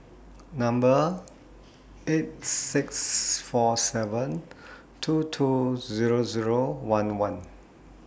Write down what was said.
Number eight six four seven two two Zero Zero one one